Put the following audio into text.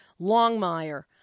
Longmire